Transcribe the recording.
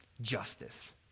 justice